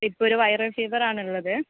ഇപ്പോൾ ഒരു വയറൽ ഫീവറാണുള്ളത്